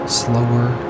slower